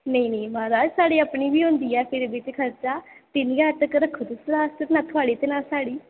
नेईं नेईं म्हाराज साढ़ी सर्विस बी होंदी ऐ खर्चा तिन्न ज्हार रक्खो तुस ना थुआढ़ी ते ना साढ़ी